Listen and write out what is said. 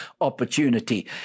opportunity